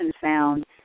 found